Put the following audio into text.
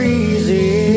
easy